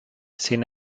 sin